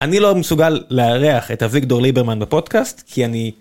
אני לא מסוגל לארח את אביגדור ליברמן בפודקאסט, כי אני...